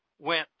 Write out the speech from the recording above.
went